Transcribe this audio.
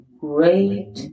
great